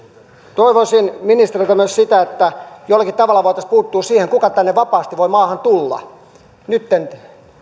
toivoisin ministeriltä myös sitä että jollakin tavalla voitaisiin puuttua siihen kuka tänne maahan voi vapaasti tulla nytten